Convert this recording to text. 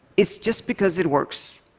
it's just because it works.